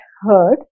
heard